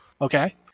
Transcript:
Okay